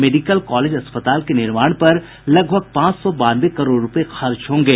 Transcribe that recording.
medical college अस्पताल के निर्माण पर लगभग पांच सौ बानवे करोड़ रूपये खर्च होंगे